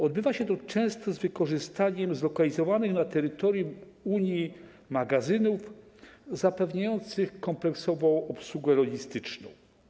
Odbywa się to często z wykorzystaniem zlokalizowanych na terytorium Unii magazynów zapewniających kompleksową obsługę logistyczną.